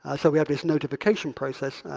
ah so we have this notification process,